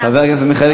חבר הכנסת מיכאלי,